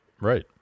Right